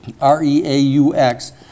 R-E-A-U-X